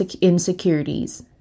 insecurities